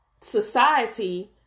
society